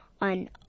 on